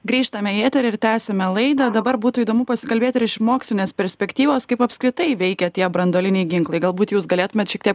grįžtame į eterį ir tęsiame laidą dabar būtų įdomu pasikalbėti ir iš mokslinės perspektyvos kaip apskritai veikia tie branduoliniai ginklai galbūt jūs galėtumėt šiek tiek